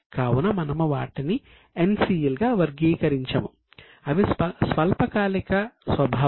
కావున మనము వాటిని NCL గా వర్గీకరించము అవి స్వల్పకాలిక స్వభావం